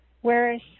whereas